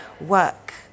work